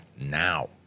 now